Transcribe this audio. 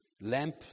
lamp